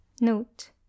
note